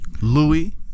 Louis